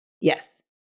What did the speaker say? Yes